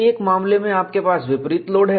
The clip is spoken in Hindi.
एक मामले में आपके पास विपरीत लोड है